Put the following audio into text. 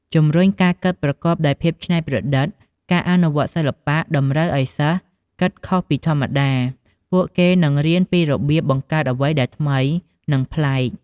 ជំរុញការគិតប្រកបដោយភាពច្នៃប្រឌិតការអនុវត្តសិល្បៈតម្រូវឱ្យសិស្សគិតខុសពីធម្មតា ពួកគេនឹងរៀនពីរបៀបបង្កើតអ្វីដែលថ្មី និងប្លែក។